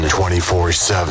24-7